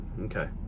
Okay